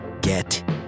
get